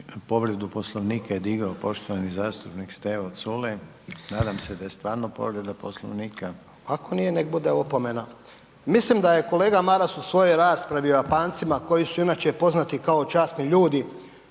Povredu Poslovnika je digao poštovani zastupnik Stevo Culej. Nadam se da je stvarno povreda Poslovnika. **Culej, Stevo (HDZ)** Ako nije nek bude opomena. Mislim da je kolega Maras u svojoj raspravi o Japancima koji su inače poznati kao časni ljudi,